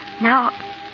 Now